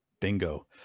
Bingo